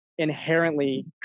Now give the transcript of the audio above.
inherently